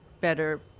better